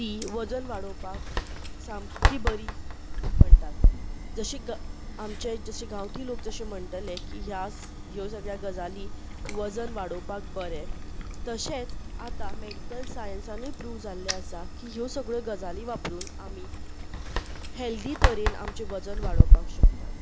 तीं वजन वाडोवपाक सामकी बरीं म्हणटात जशें आमचें जशें गांवठी लोक म्हणटले की ह्या ह्यो सगळ्यो गजाली वजन वाडोवपाक बरें तशेंच आतां मॅडीकल सायन्सानय प्रूव जाल्लें आसा की ह्यो सगळ्यो गजाली वापरून आमी हेल्दी तरेन आमचें वजन वाडोवपाक शकतात